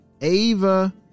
Ava